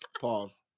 pause